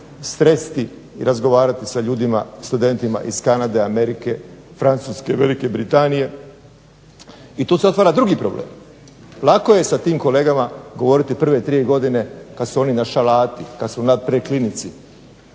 sresti i razgovarati sa ljudima, studentima iz Kanade, Amerike, Francuske, Velike Britanije. I tu se otvara drugi problem, lako je sa tim kolegama govoriti prve 3 godine kad su oni na Šalati, kad su na predklinici